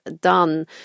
done